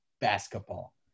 basketball